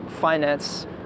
finance